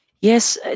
Yes